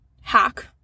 hack